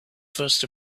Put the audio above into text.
first